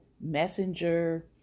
messenger